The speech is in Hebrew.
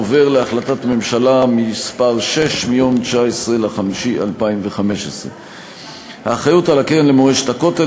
עוברת להחלטת ממשלה מס' 6 מ-19 במאי 2015. האחריות לקרן למורשת הכותל